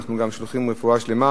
אנחנו גם שולחים רפואה שלמה.